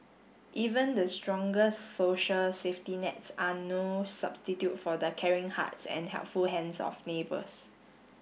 even the strongest social safety nets are no substitute for the caring hearts and helpful hands of neighbours